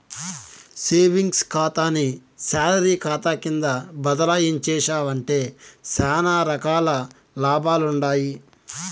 savings కాతాని salary కాతా కింద బదలాయించేశావంటే సానా రకాల లాభాలుండాయి